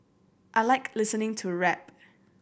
I like listening to rap